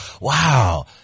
Wow